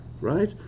Right